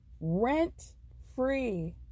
Rent-free